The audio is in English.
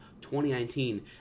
2019